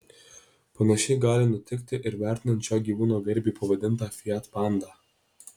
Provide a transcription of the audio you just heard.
panašiai gali nutikti ir vertinant šio gyvūno garbei pavadintą fiat pandą